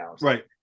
Right